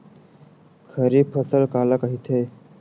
खरीफ फसल काला कहिथे?